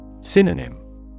Synonym